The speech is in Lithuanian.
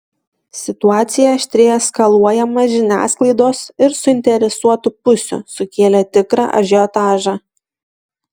situacija aštriai eskaluojama žiniasklaidos ir suinteresuotų pusių sukėlė tikrą ažiotažą